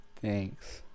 Thanks